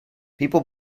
people